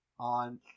on